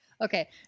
Okay